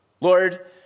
Lord